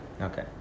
Okay